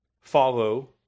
follow